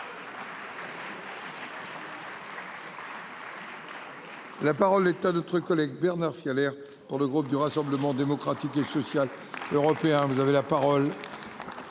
La parole est à M. Bernard Fialaire, pour le groupe du Rassemblement Démocratique et Social Européen.